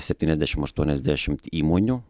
septyniasdešimt aštuoniasdešimt įmonių